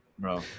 Bro